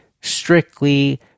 strictly